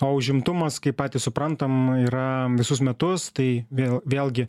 o užimtumas kaip patys suprantam yra visus metus tai vėl vėlgi